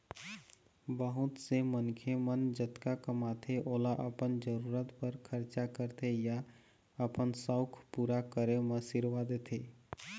बहुत से मनखे मन जतका कमाथे ओला अपन जरूरत बर खरचा करथे या अपन सउख पूरा करे म सिरवा देथे